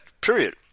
period